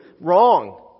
wrong